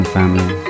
family